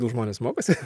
žmonės mokosi